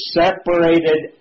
separated